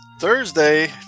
Thursday